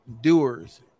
doers